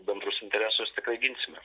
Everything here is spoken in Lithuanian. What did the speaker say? bendrus interesus tikrai ginsime